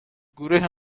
گروه